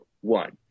One